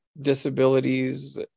disabilities